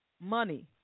Money